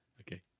Okay